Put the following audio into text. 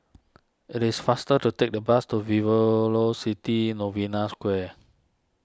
it is faster to take the bus to vivo locity Novena Square